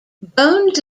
bones